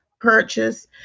purchase